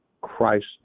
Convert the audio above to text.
Christ